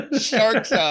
shark's